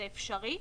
זה אפשרי.